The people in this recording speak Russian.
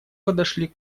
подошли